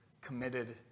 committed